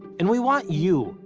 and we want you,